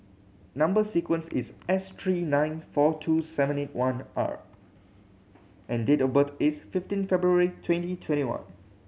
number sequence is S three nine four two seven eight one R and date of birth is fifteen February twenty twenty one